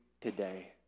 today